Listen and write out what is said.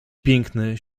piękny